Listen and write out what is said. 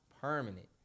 permanent